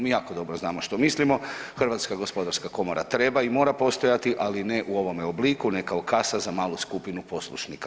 Mi jako dobro znamo što mislimo, HGK treba i mora postojati ali ne u ovome obliku, ne kao kasa za malu skupinu poslušnika.